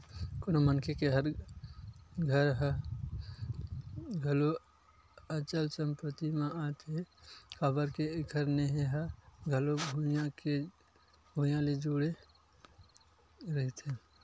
कोनो मनखे के घर ह घलो अचल संपत्ति म आथे काबर के एखर नेहे ह घलो भुइँया ले जुड़े रहिथे